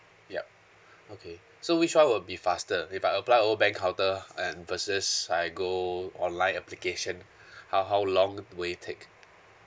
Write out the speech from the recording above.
yup okay so which one will be faster if I apply over bank counter and versus I go online application how how long will it take